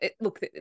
look